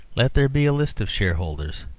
let there be a list of shareholders.